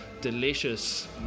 delicious